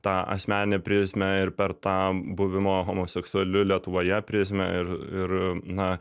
tą asmeninę prizmę ir per tą buvimą homoseksualiu lietuvoje prizmę ir ir na